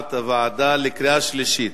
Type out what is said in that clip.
כהצעת הוועדה, התקבלו בקריאה שנייה.